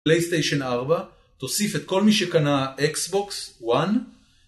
פלייסטיישן 4, תוסיף את כל מי שקנה אקסבוקס 1